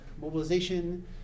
mobilization